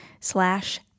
slash